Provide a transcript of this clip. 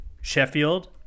sheffield